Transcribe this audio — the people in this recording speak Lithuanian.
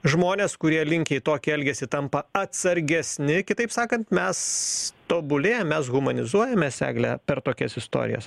žmonės kurie linkę į tokį elgesį tampa atsargesni kitaip sakant mes tobulėjam mes humanizuojames egle per tokias istorijas